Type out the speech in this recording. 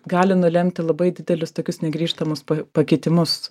gali nulemti labai didelius tokius negrįžtamus pakitimus